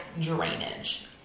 drainage